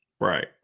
Right